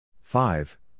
five